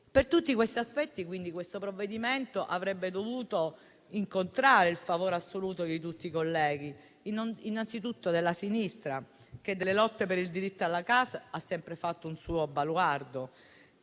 Per tutti questi aspetti, il provvedimento in esame avrebbe dovuto incontrare il favore assoluto di tutti i colleghi, innanzitutto della sinistra, che delle lotte per il diritto alla casa ha sempre fatto un suo baluardo.